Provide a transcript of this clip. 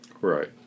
Right